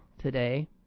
today